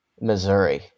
Missouri